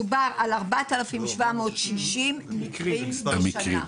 מדובר על 4,760 מקרים בשנה.